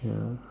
yeah